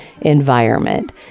environment